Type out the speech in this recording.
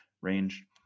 range